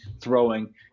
throwing